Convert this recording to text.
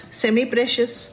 semi-precious